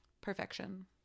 Perfection